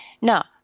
Now